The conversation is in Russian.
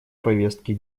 повестки